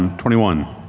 um twenty one.